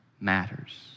matters